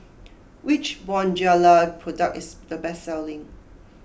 which Bonjela product is the best selling